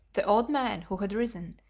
the old man, who had risen,